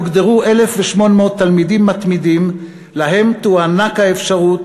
יוגדרו 1,800 תלמידים מתמידים ולהם תוענק האפשרות